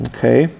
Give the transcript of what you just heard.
Okay